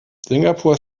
singapur